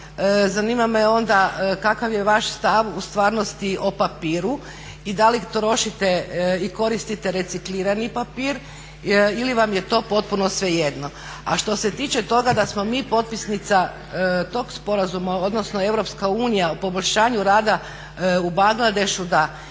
zanima me onda kakav je vaš stav u stvarnosti o papiru i da li trošite i koristite reciklirani papir ili vam je to potpuno svejedno? A što se tiče toga da smo mi potpisnica tog sporazuma odnosno EU o poboljšanju rada u Bangladešu, da,